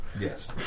Yes